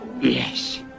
yes